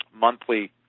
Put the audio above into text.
monthly